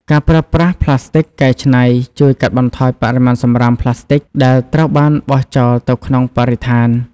ការប្រើប្រាស់ផ្លាស្ទិកកែច្នៃជួយកាត់បន្ថយបរិមាណសំរាមផ្លាស្ទិកដែលត្រូវបានបោះចោលទៅក្នុងបរិស្ថាន។